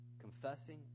Confessing